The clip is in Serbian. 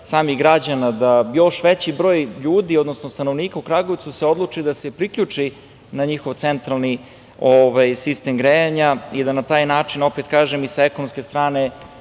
samih građana da još veći broj ljudi, odnosno stanovnika u Kragujevcu se odluči da se priključi na njihov centralni sistem grejanja i da na taj način, opet kažem i sa ekonomske strane,